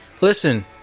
Listen